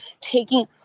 Taking